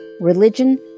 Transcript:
Religion